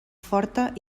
forta